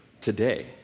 today